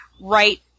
right